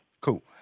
Cool